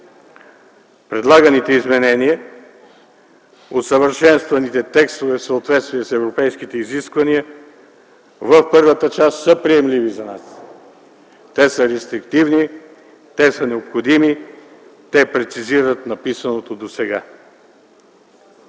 Предлаганите изменения, усъвършенстваните текстове в съответствие с европейските изисквания в първата част са приемливи за нас. Те са рестриктивни, те са необходими, те прецизират написаното досега.